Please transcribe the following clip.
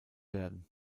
werden